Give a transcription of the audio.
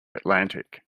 atlantic